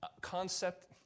concept